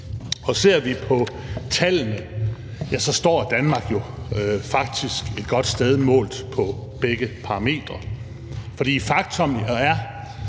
og ser vi på tallene, står Danmark jo faktisk et godt sted målt på begge parametre. For faktum er,